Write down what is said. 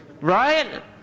right